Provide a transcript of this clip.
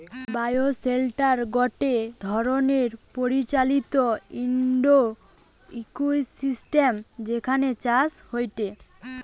bioshelter গটে ধরণের পরিচালিত ইন্ডোর ইকোসিস্টেম যেখানে চাষ হয়টে